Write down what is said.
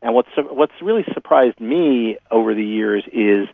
and what's so what's really surprised me over the years is